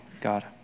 God